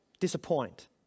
disappoint